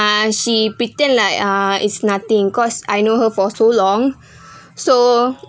ah she pretend like uh is nothing cause I know her for so long so